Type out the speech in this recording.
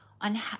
on